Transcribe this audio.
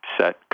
set